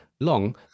long